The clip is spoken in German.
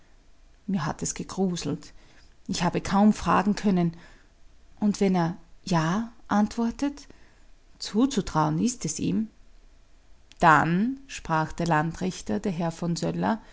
mir hat es gegruselt ich habe kaum fragen können und wenn er ja antwortet zuzutrauen ist es ihm dann sprach der landrichter der herr von söller